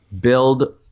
build